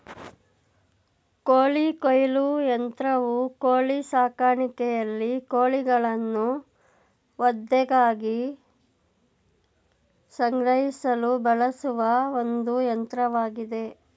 ಕೋಳಿ ಕೊಯ್ಲು ಯಂತ್ರವು ಕೋಳಿ ಸಾಕಾಣಿಕೆಯಲ್ಲಿ ಕೋಳಿಗಳನ್ನು ವಧೆಗಾಗಿ ಸಂಗ್ರಹಿಸಲು ಬಳಸುವ ಒಂದು ಯಂತ್ರವಾಗಿದೆ